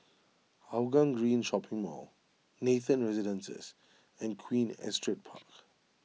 Hougang Green Shopping Mall Nathan Residences and Queen Astrid Park